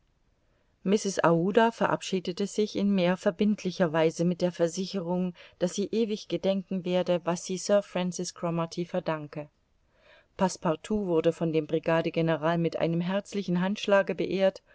aouda verabschiedete sich in mehr verbindlicher weise mit der versicherung daß sie ewig gedenken werde was sie sir francis cromarty verdanke passepartout wurde von dem brigadegeneral mit einem herzlichen handschlage beehrt